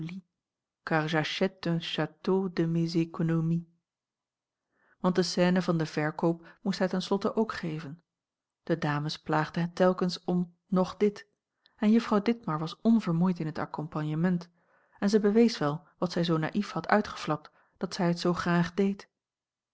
mes économies want de scène van den verkoop moest hij ten slotte ook geven de dames plaagden telkens om nog dit en juffrouw ditmar was onvermoeid in het accompagnement en zij bewees wel wat zij zoo naïef had uitgeflapt dat zij het zoo graag deed